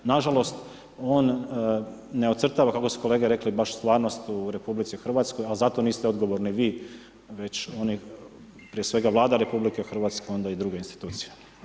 Nažalost, on ne ocrtava kako su kolege rekli baš stvarnost u RH ali zato niste odgovorni vi već oni prije svega Vlada RH onda i druge institucije.